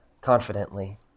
confidently